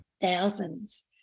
Thousands